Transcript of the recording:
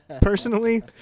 Personally